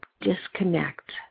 disconnect